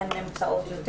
הן נמצאות יותר.